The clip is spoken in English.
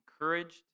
encouraged